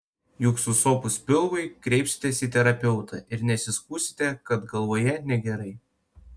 juk susopus pilvui kreipsitės į terapeutą ir nesiskųsite kad galvoje negerai